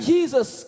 Jesus